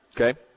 Okay